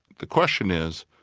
the question is,